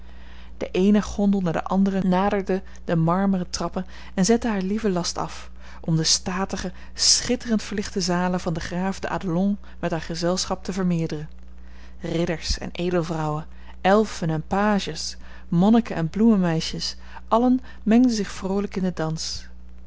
de eene gondel na de andere naderde de marmeren trappen en zette haar lieven last af om de statige schitterend verlichte zalen van den graaf de adelon met haar gezelschap te vermeerderen ridders en edelvrouwen elfen en pages monniken en bloemenmeisjes allen mengden zich vroolijk in den dans